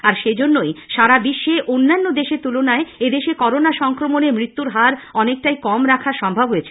আর সেজন্যই সারা বিশ্বে অন্যান্য দেশের তুলনায় এদেশে করোনা সংক্রমণে মৃত্যুহার অনেকটাই কম রাখা সম্ভব হয়েছে